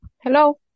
Hello